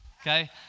Okay